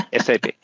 SAP